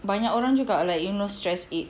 banyak orang juga like you know stress eat